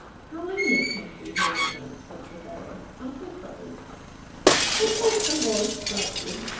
how lonely it must be here at night said cytherea. aren't you afraid at first i was, slightly.